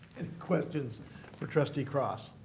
and questions for trustee cross?